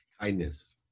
Kindness